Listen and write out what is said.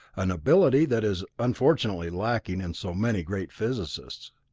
an ability that is unfortunately lacking in so many great physicists.